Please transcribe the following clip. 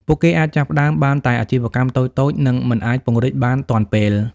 ពួកគេអាចចាប់ផ្តើមបានតែអាជីវកម្មតូចៗ និងមិនអាចពង្រីកបានទាន់ពេល។